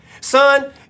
Son